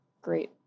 great